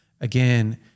again